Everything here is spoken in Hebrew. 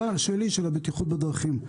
שלי, של הבטיחות בדרכים.